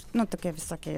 nu tokie visokie